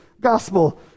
Gospel